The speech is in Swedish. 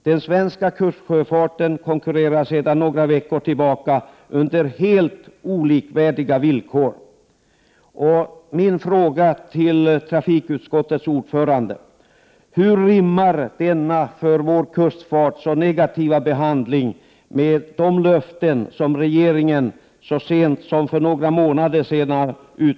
Den svenska kustsjöfarten konkurrerar sedan några veckor tillbaka på helt speciella villkor. Min fråga till trafikutskottets ordförande blir denna: Hur rimmar denna för vår kustsjöfart så negativa utveckling med de löften som regeringen gav så sent som för några månader sedan?